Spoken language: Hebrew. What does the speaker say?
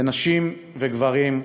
ונשים וגברים,